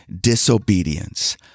disobedience